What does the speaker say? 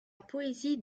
poésie